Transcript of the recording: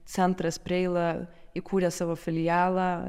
centras preila įkūrė savo filialą